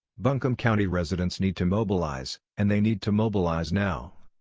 buncombe county residents need to mobilize, and they need to mobilize now.